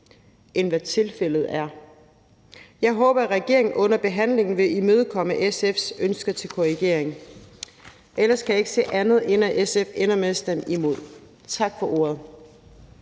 end hvad tilfældet er. Jeg håber, at regeringen under behandlingen vil imødekomme SF's ønsker til korrigering. Ellers kan jeg ikke se andet, end at SF ender med at stemme imod. Tak for ordet.